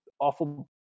awful